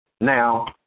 Now